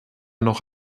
noch